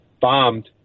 bombed